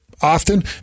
often